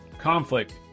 conflict